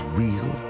real